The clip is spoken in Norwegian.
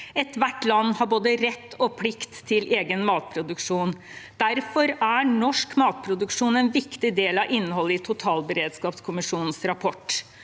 Ethvert land har både rett og plikt til egen matproduksjon. Derfor er norsk matproduksjon en viktig del av innholdet i totalberedskapskommisjonens rapport.